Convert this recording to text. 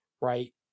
right